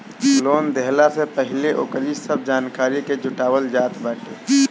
loan देहला से पहिले ओकरी सब जानकारी के जुटावल जात बाटे